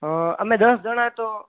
હં અમે દસ જણ તો